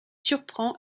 surprend